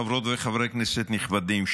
חברות וחברי כנסת נכבדים,